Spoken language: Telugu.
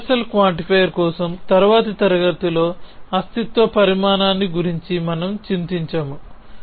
యూనివర్సల్ క్వాంటిఫైయర్ కోసం తరువాతి తరగతిలో అస్తిత్వ పరిమాణాన్ని గురించి మనము చింతించము